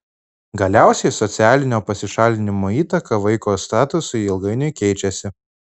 galiausiai socialinio pasišalinimo įtaka vaiko statusui ilgainiui keičiasi